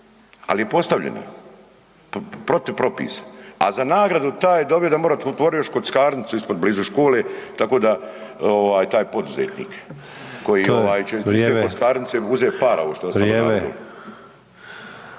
Ali je postavljena protiv propisa. A za nagradu taj dobio da more otvorio još kockarnicu ispod blizu škole tako da je taj poduzetnik … /Upadica Sanader: Vrijeme./ … uzet